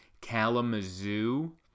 Kalamazoo